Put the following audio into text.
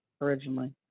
originally